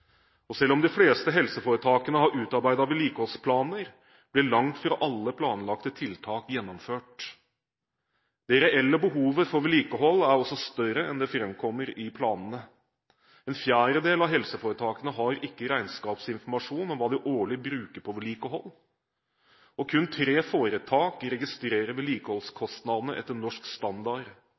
2010. Selv om de fleste helseforetakene har utarbeidet vedlikeholdsplaner, blir langt fra alle planlagte tiltak gjennomført. Det reelle behovet for vedlikehold er også større enn det som framkommer i planene. En fjerdedel av helseforetakene har ikke regnskapsinformasjon om hva de årlig bruker på vedlikehold, kun tre foretak registrerer vedlikeholdskostnadene etter Norsk Standard,